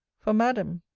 for, madam,